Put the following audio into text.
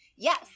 Yes